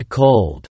cold